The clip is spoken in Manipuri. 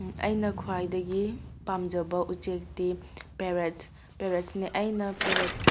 ꯑꯩꯅ ꯈ꯭ꯋꯥꯏꯗꯒꯤ ꯄꯥꯝꯖꯕ ꯎꯆꯦꯛꯇꯤ ꯄꯦꯔꯠ ꯄꯦꯔꯠꯁꯤꯅꯦ ꯑꯩꯅ ꯄꯦꯔꯠꯁ